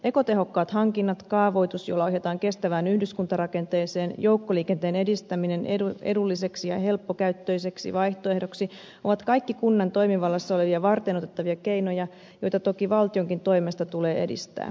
ekotehokkaat hankinnat kaavoitus jolla ohjataan kestävään yhdyskuntarakenteeseen joukkoliikenteen edistäminen edulliseksi ja helppokäyttöiseksi vaihtoehdoksi ovat kaikki kunnan toimivallassa olevia varteenotettavia keinoja joita toki valtionkin toimesta tulee edistää